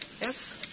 Yes